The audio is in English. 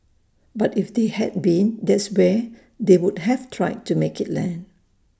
but if they had been that's where they would have tried to make IT land